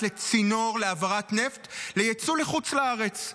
לצינור להעברת נפט ליצוא לחוץ לארץ,